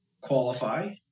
qualify